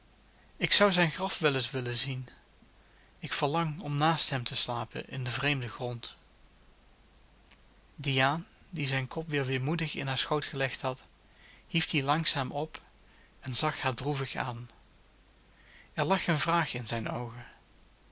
ik zou zijn graf wel eens willen zien ik verlang om naast hem te slapen in den vreemden grond diaan die zijn kop weder weemoedig in haar schoot gelegd had hief dien langzaam op en zag haar droevig aan er lag een vraag in zijne oogen